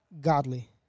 godly